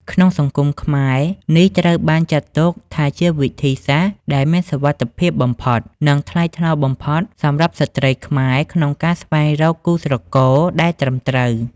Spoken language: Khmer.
ក្នុងសង្គមខ្មែរ នេះត្រូវបានចាត់ទុកថាជាវិធីសាស្រ្តដែលមានសុវត្ថិភាពបំផុត និងថ្លៃថ្នូរបំផុតសម្រាប់ស្ត្រីខ្មែរក្នុងការស្វែងរកគូស្រករដែលត្រឹមត្រូវ។